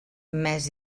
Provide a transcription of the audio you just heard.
més